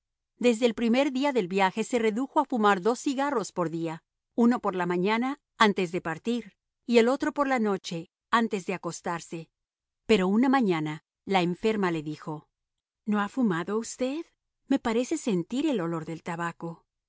desde el primer día del viaje se redujo a fumar dos cigarros por día uno por la mañana antes de partir y el otro por la noche antes de acostarse pero una mañana la enferma le dijo no ha fumado usted me parece sentir el olor del tabaco